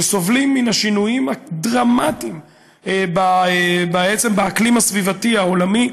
שסובלים מן השינויים הדרמטיים באקלים הסביבתי העולמי,